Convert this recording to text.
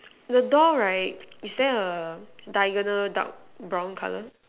the door right is there a diagonal dark brown colour